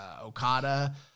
Okada